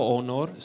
honor